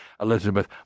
Elizabeth